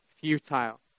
futile